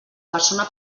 persona